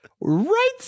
right